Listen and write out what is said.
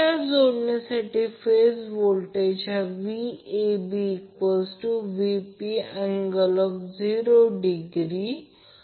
तर हे आधीच आधी दाखवले गेले आहे कि प्रत्येक लाईन करंट संबंधित फेज करंटला 30° ने लॅग करतो